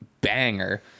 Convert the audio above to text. banger